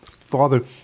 father